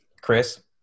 Chris